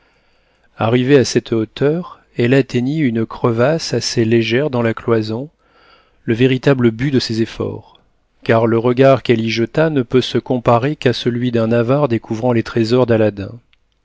arrivée à cette hauteur elle atteignit à une crevasse assez légère dans la cloison le véritable but de ses efforts car le regard qu'elle y jeta ne peut se comparer qu'à celui d'un avare découvrant les trésors d'aladin